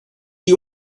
you